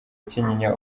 kinyinya